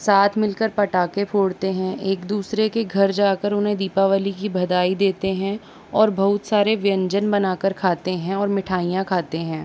साथ मिलकर पटाखे फोड़ते हैं एक दूसरे के घर जाकर उन्हें दीपावली की बधाई देते हैं और बहुत सारे व्यंजन बनाकर खाते हैं और मिठाइयाँ खाते हैं